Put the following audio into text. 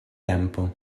tempo